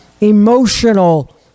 emotional